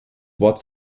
wort